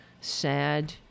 sad